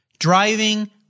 Driving